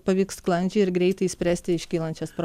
pavyks sklandžiai ir greitai spręsti iškylančias pro